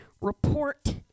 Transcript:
report